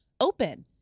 open